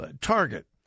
Target